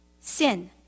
sin